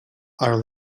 are